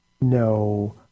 no